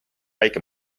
väike